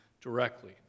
directly